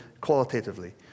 qualitatively